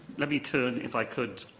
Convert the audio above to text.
let me turn, if i could,